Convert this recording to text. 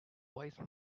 wise